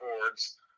boards